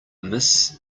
miss